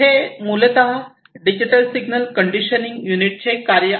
हे मूलतः digital signal conditioning युनिटचे कार्य आहे